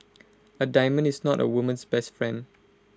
A diamond is not A woman's best friend